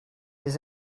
his